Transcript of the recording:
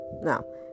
now